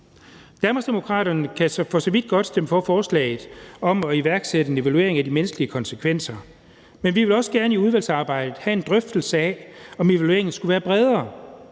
Danmarksdemokraterne kan for så vidt godt stemme for forslaget om at iværksætte en evaluering af de menneskelige konsekvenser. Men vi vil også gerne i udvalgsarbejdet have en drøftelse af, om evalueringen skulle være bredere.